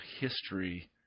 history